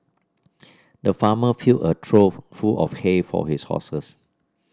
the farmer filled a trough full of hay for his horses